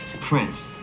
Prince